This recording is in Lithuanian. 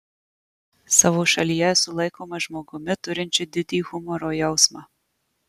savo šalyje esu laikomas žmogumi turinčiu didį humoro jausmą